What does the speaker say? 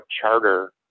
charter